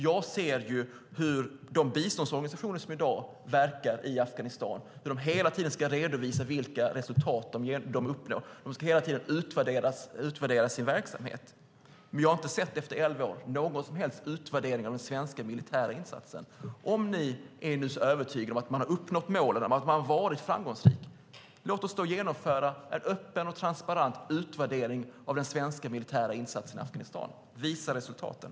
Jag ser hur de biståndsorganisationer som i dag verkar i Afghanistan hela tiden ska redovisa vilka resultat de uppnår. De ska hela tiden utvärdera sin verksamhet, men jag har efter elva år inte sett någon som helst utvärdering av den svenska militära insatsen. Om ni är så övertygade om att man har uppnått målen och varit framgångsrik, låt oss då genomföra en öppen och transparent utvärdering av den svenska militära insatsen i Afghanistan. Visa resultaten!